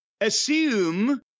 assume